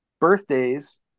birthdays